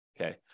okay